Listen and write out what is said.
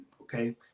okay